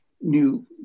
new